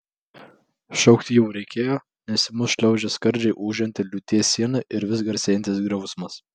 šaukti jau reikėjo nes į mus šliaužė skardžiai ūžianti liūties siena ir vis garsėjantis griausmas